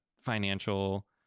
financial